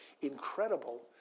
incredible